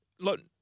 Look